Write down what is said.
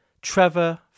Trevor